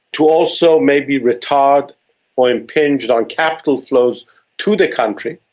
to also maybe retard or impinge on capital flows to the country.